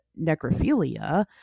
necrophilia